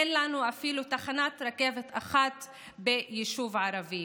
אין לנו אפילו תחנת רכבת אחת ביישוב ערבי,